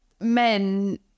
men